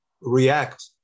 react